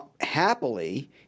Happily